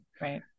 Right